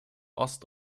ost